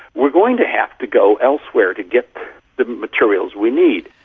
we're going to have to go elsewhere to get the materials we need.